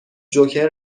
جوکر